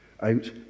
out